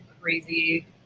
crazy